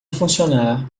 funcionar